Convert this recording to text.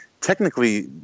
technically—